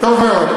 טוב מאוד.